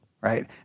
right